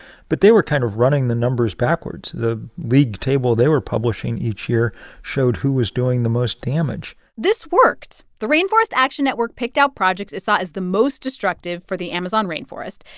but they were kind of running the numbers backwards. the league table they were publishing each year showed who was doing the most damage this worked. the rainforest action network picked out projects it saw as the most destructive for the amazon rainforest.